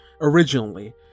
originally